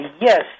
Yes